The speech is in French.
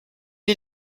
est